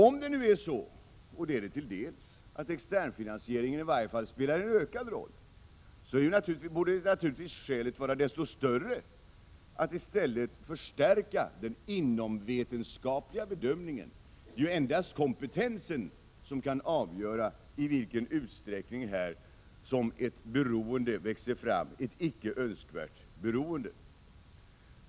När det nu är så att externfinansiering i varje fall delvis spelar en ökad roll, borde det finnas desto större skäl till att i stället förstärka den inomvetenskapliga bedömningen. Endast kompetensen kan avgöra i vilken utsträckning ett icke önskvärt beroende växer fram.